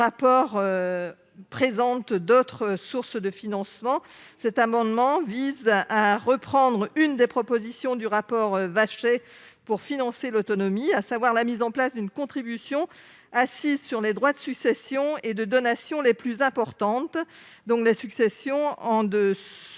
rapports présentent d'autres sources de financement. Cet amendement vise à reprendre l'une des propositions du rapport Vachey pour financer l'autonomie, à savoir la mise en place d'une contribution assise sur les droits de succession et de donation les plus importants, c'est-à-dire lorsque